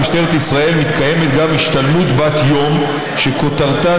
במשטרת ישראל מתקיימת השתלמות בת יום שכותרתה